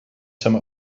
some